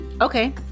Okay